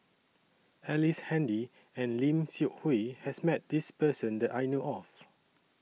Ellice Handy and Lim Seok Hui has Met This Person that I know of